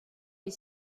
bet